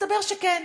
מסתבר שכן.